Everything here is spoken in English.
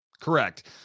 Correct